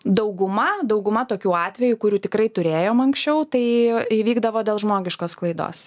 dauguma dauguma tokių atvejų kurių tikrai turėjom anksčiau tai įvykdavo dėl žmogiškos klaidos